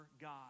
God